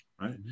right